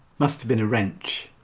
must have been a wrench